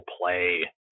play